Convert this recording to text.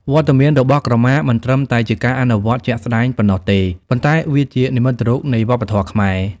វត្តមានរបស់ក្រមាមិនត្រឹមតែជាការអនុវត្តជាក់ស្តែងប៉ុណ្ណោះទេ ប៉ុន្តែវាជានិមិត្តរូបនៃវប្បធម៌ខ្មែរ។